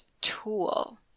tool